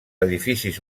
edificis